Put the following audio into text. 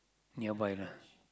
nearby lah